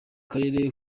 karere